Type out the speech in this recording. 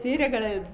ಸೀರೆಗಳು